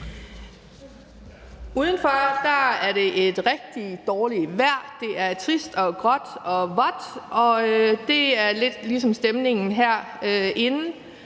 Udenfor er det et rigtig dårligt vejr. Det er trist, gråt og vådt, og det er lidt ligesom stemningen herinde,